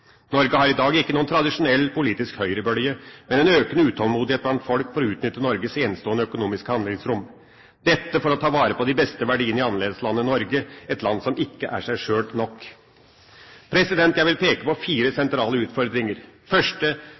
Norge har i dag ikke noen tradisjonell politisk høyrebølge, men en økende utålmodighet blant folk for å utnytte Norges enestående økonomiske handlingsrom – dette for å ta vare på de beste verdiene i annerledeslandet Norge, et land som ikke er seg sjøl nok. Jeg vil peke på fire sentrale utfordringer. Den første